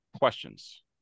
Questions